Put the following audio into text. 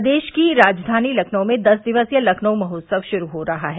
प्रदेश की राजधानी लखनऊ में दस दिवसीय लखनऊ महोत्सव शुरू हो रहा है